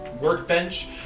workbench